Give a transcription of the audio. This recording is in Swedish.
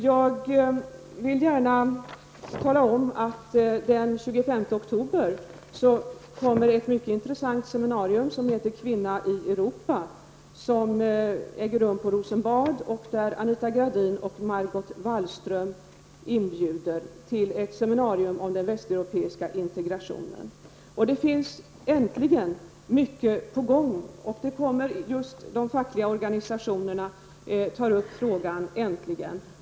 Jag vill gärna tala om att ett mycket intressant seminarium som heter Kvinna i Europa kommer att äga rum i Rosenbad den 25 oktober. Det är Anita Gradin och Margot Wallström som inbjuder till ett seminarium om den västeuropeiska integrationen. Det finns mycket som är på gång. De fackliga organisationerna tar äntligen upp frågan.